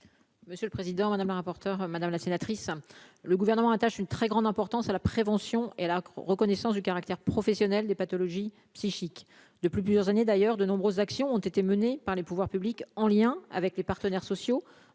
Monsieur le président, madame la rapporteure, madame la sénatrice le gouvernement attache une très grande importance à la prévention et la reconnaissance du caractère professionnel des pathologies. Psychique de plus, plusieurs années d'ailleurs, de nombreuses actions ont été menées par les pouvoirs publics en lien avec les partenaires sociaux